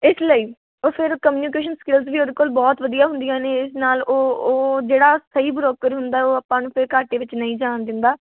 ਇਸ ਲਈ ਉਹ ਫਿਰ ਕਮਿਊਨੀਕੇਸ਼ਨ ਸਕਿੱਲਸ ਵੀ ਉਹਦੇ ਕੋਲ ਬਹੁਤ ਵਧੀਆ ਹੁੰਦੀਆਂ ਨੇ ਨਾਲ ਉਹ ਉਹ ਜਿਹੜਾ ਸਹੀ ਬ੍ਰੋਕਰ ਹੁੰਦਾ ਉਹ ਆਪਾਂ ਨੂੰ ਫਿਰ ਘਾਟੇ ਵਿੱਚ ਨਹੀਂ ਜਾਣ ਦਿੰਦਾ